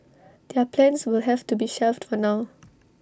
their plans will have to be shelved for now